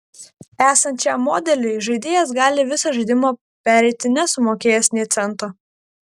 esant šiam modeliui žaidėjas gali visą žaidimą pereiti nesumokėjęs nė cento